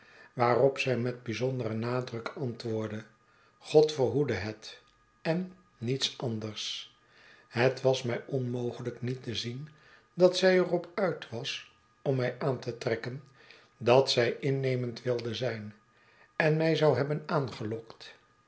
waarop zij met byzonderen nadruk antwoordde god verhoede het en niets anders het was mij onmogelijk met te zien dat zij er op uit was om mij aan te trekken dat zij innemend wilde zijn en mij zou hebben aangelokt